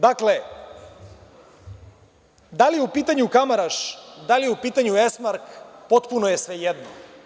Dakle, da li je u pitanju „Kamaraš“, da li je u pitanju „Esmark“, potpuno je svejedno.